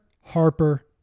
Harper